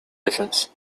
difference